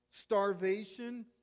starvation